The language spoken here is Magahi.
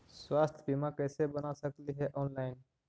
स्वास्थ्य बीमा कैसे बना सकली हे ऑनलाइन?